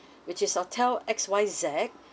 which is hotel X Y Z